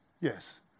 Yes